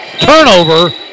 Turnover